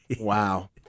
Wow